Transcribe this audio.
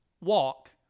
walk